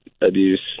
abuse